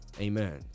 Amen